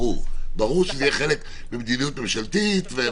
ברור שזה יהיה חלק ממדיניות ממשלתית.